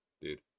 dude